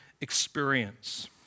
experience